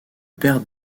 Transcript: père